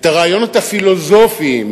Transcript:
את הרעיונות ה"פילוזופיים"